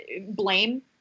blame